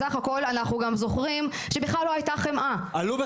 בסך הכול אנחנו גם זוכרים שבכלל לא הייתה חמאה --- עלו ב-5%,